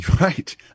Right